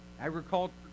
agriculture